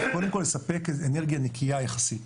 קודם כל לספק אנרגיה נקיה יחסית.